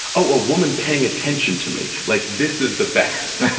oh, a woman paying attention to me, like this is the best.